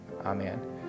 amen